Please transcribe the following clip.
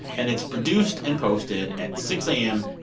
and it's produced and posted at six a m.